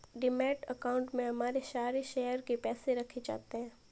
demat account में हमारे सारे शेयर के पैसे रखे जाते हैं